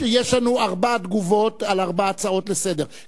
יש לנו ארבע תגובות על ארבע הצעות לסדר-היום.